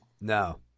No